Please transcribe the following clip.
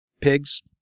pigs